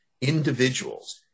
individuals